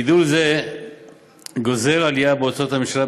גידול זה גוזר עלייה בהוצאות הממשלה,